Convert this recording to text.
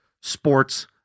sports